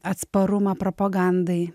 atsparumą propagandai